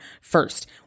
first